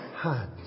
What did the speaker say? hands